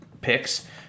picks